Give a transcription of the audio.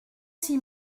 six